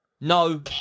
No